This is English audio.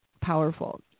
powerful